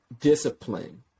discipline